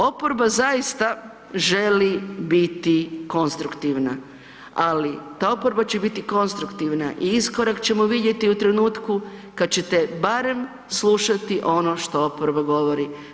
Oporba zaista želi biti konstruktivna, ali ta oporba će biti konstruktivna i iskorak ćemo vidjeti u trenutku kad ćete barem slušati ono što oporba govori.